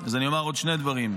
אז אני אומר עוד שני דברים.